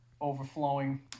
overflowing